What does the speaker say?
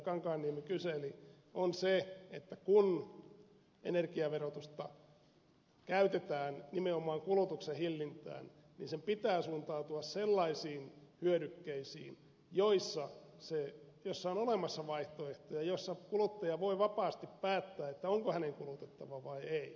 kankaanniemi kyseli on se että kun energiaverotusta käytetään nimenomaan kulutuksen hillintään niin sen pitää suuntautua sellaisiin hyödykkeisiin joissa on olemassa vaihtoehtoja joissa kuluttaja voi vapaasti päättää onko hänen kulutettava vai ei